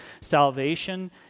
salvation